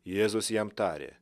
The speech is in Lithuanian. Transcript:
jėzus jam tarė